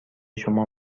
شما